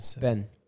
Ben